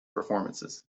performances